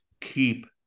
keep